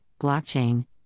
blockchain